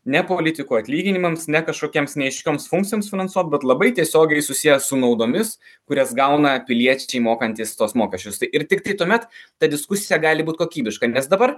ne politikų atlyginimams ne kažkokiems neaiškioms funkcijoms finansuot bet labai tiesiogiai susiję su naudomis kurias gauna piliečiai mokantys tuos mokesčius tai ir tiktai tuomet ta diskusija gali būt kokybiška nes dabar